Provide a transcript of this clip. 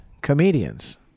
comedians